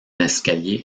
escalier